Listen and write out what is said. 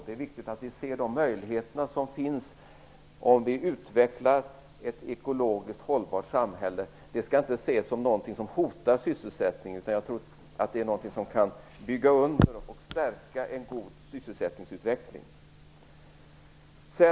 Det är viktigt att vi ser de möjligheter som finns om vi utvecklar ett ekologiskt hållbart samhälle. Det skall inte ses som något som hotar sysselsättningen, utan jag tror att det är något som kan bygga under och stärka en god sysselsättningsutveckling.